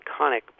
iconic